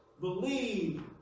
believe